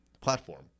platform